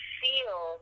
feel